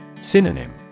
Synonym